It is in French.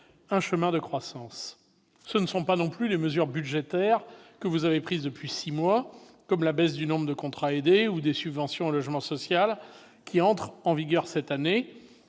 un chemin de croissance. Ce ne sont pas non plus les mesures budgétaires que vous avez prises depuis six mois, comme la baisse du nombre des contrats aidés ou des subventions au logement social, qui entrent en vigueur cette année,